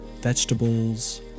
vegetables